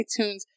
iTunes